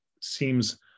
seems